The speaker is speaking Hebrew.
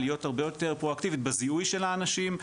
להיות הרבה יותר פרואקטיבית בזיהוי של האנשים,